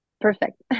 perfect